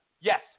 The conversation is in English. Yes